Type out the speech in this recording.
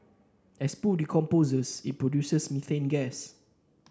as poo decomposes it produces methane gas